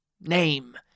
name